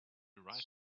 right